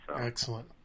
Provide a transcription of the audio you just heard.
Excellent